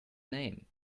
name